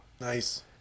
Nice